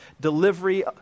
delivery